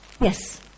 Yes